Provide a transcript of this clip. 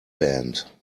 band